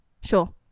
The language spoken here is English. sure